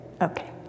Okay